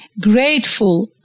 grateful